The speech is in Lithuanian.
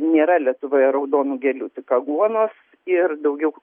nėra lietuvoje raudonų gėlių tik aguonos ir daugiau